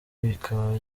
bikaba